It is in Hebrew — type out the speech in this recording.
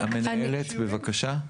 שירין, בבקשה.